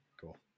cool